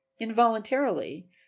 involuntarily